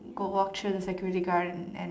go walk through the security guard and and